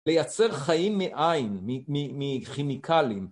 לייצר חיים מאין, מכימיקלים.